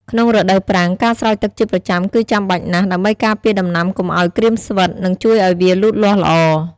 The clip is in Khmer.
ក្នុងរដូវប្រាំង ការស្រោចទឹកជាប្រចាំគឺចាំបាច់ណាស់ ដើម្បីការពារដំណាំកុំឱ្យក្រៀមស្វិត និងជួយឱ្យវាលូតលាស់ល្អ។